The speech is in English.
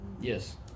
yes